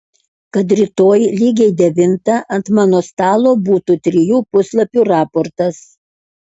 kad rytoj lygiai devintą ant mano stalo būtų trijų puslapių raportas